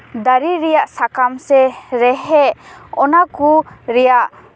ᱫᱟᱨᱮ ᱨᱮᱭᱟᱜ ᱥᱟᱠᱟᱢ ᱥᱮ ᱨᱮᱦᱮᱫ ᱚᱱᱟ ᱠᱚ ᱨᱮᱭᱟᱜ